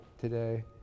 today